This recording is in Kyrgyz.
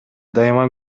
дайыма